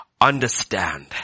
understand